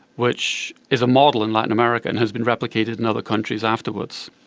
which is a model in latin america and has been replicated in other countries afterwards.